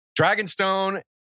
Dragonstone